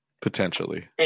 potentially